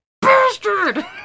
bastard